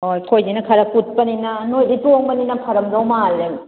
ꯍꯣꯏ ꯑꯩꯈꯣꯏꯁꯤꯅ ꯈꯔ ꯀꯨꯠꯄꯅꯤꯅ ꯅꯣꯏꯗꯤ ꯇꯣꯡꯕꯅꯤꯅ ꯐꯔꯝꯗꯧ ꯃꯥꯜꯂꯦ